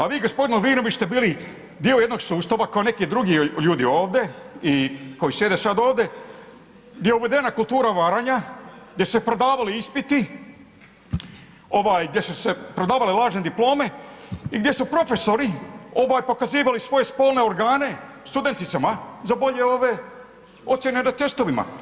A vi g. Lovrinović ste bili dio jednog sustav ako neki drugi ljudi ovdje i koji sjede sada ovdje, gdje je uvedena kultura varanja, gdje su se prodavali ispiti, gdje su se prodavali lažne diplome i gdje su profesori oboje pokazivali svoje spolne organe studenticama za bolje ove, ocjene na testovima.